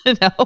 no